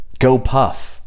GoPuff